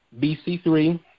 BC3